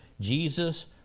Jesus